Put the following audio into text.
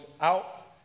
out